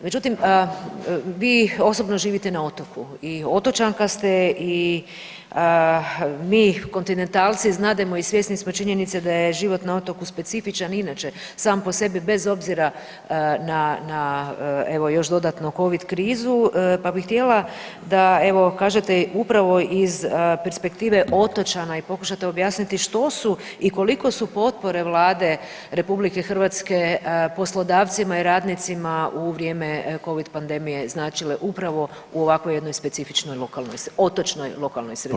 Međutim, vi osobno živite na otoku i otočanka ste i mi kontinentalci znademo i svjesni smo činjenice da je život na otoku specifičan i inače sam po sebi bez obzira na evo još dodatnu covid krizu, pa bih htjela da evo kažete upravo iz perspektive otočana i pokušate objasniti što su i koliko su potpore Vlade RH poslodavcima i radnicima u vrijeme covid pandemije značile upravo u ovakvoj jednoj specifičnoj otočnoj lokalnoj sredini.